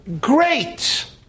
Great